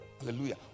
Hallelujah